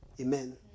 Amen